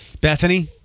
Bethany